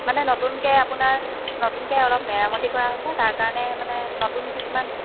মানে নতুনকৈ আপোনাৰ নতুনকৈ অলপ মেৰামতি কৰা হৈছে তাৰ কাৰণে মানে নতুন কিছুমান